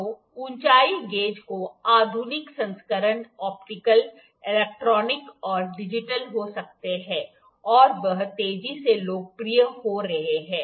तो ऊंचाई गेज के आधुनिक संस्करण ऑप्टिकल इलेक्ट्रॉनिक और डिजिटल हो सकते हैं और वे तेजी से लोकप्रिय हो रहे हैं